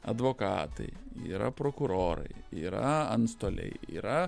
advokatai yra prokurorai yra antstoliai yra